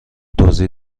توضیح